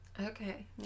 Okay